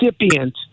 recipient